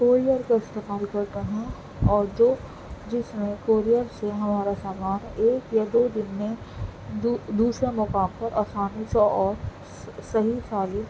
courier کا استعمال کرتے ہیں اور جو جس میں کوریئر سے ہمارا سامان ایک یا دو دن میں دوسرا مقام پر آسانی سے اور صحیح سالم